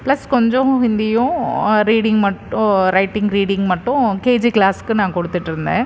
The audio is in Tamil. ப்ளஸ் கொஞ்சம் ஹிந்தியும் ரீடிங் மட்டும் ரைட்டிங் ரீடிங் மட்டும் கேஜி க்ளாஸ்க்கு நான் கொடுத்துட்ருந்தேன்